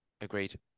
Agreed